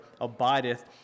abideth